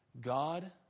God